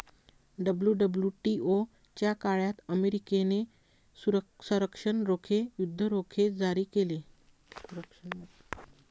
WWTO च्या काळात अमेरिकेने संरक्षण रोखे, युद्ध रोखे जारी केले